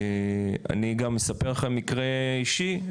אני גם אספר לכם מקרה אישי.